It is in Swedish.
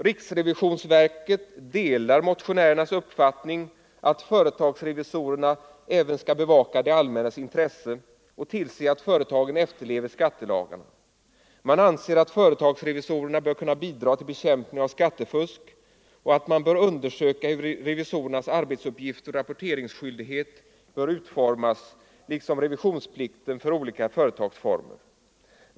Riksrevisionsverket delar motionärernas uppfattning att företagsrevisorerna även skall bevaka det allmännas intresse och tillse att företagen efterlever skattelagarna. Man anser att företagsrevisorerna bör kunna bidra till bekämpning av skattefusk och att det bör undersökas hur revisorernas arbetsuppgifter och rapporteringsskyldighet skall utformas liksom revisionsplikten för olika företagsformer.